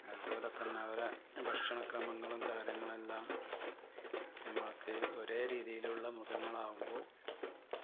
അതു പോലെതന്നെ അ്രുടെ ഭക്ഷണക്രമങ്ങളും കാര്യങ്ങളും എല്ലാം ഞമ്മക്ക് ഒരേ രീതിയിലുള്ള മൃഗങ്ങൾ ആകുമ്പോൾ